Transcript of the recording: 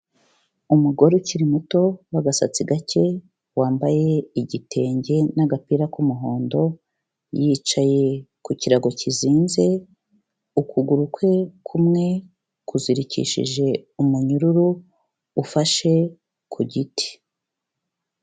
Umugore ukiri muto w'agasatsi gake, wambaye igitenge n'agapira k'umuhondo, yicaye ku kirago kizinze, ukuguru kwe kumwe kuzirikishije umunyururu ufashe ku giti.